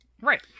Right